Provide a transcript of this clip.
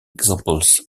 examples